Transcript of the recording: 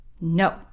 no